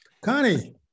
Connie